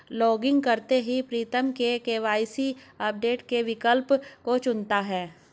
login करते ही Pritam KYC update के विकल्प को चुनता है